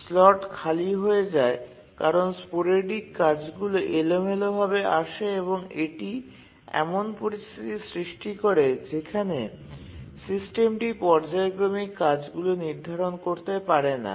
slot খালি হয়ে যায় কারণ স্পোরেডিক কাজগুলি এলোমেলোভাবে আসে এবং এটি এমন পরিস্থিতি সৃষ্টি করে যেখানে সিস্টেমটি পর্যায়ক্রমিক কাজগুলি নির্ধারণ করতে পারে না